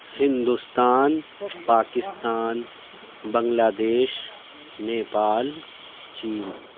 Hindustan Pakistan Bangladesh Nepal چین